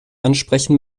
ansprechen